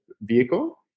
vehicle